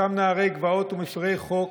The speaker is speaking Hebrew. אותם נערי גבעות ומפירי חוק